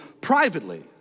privately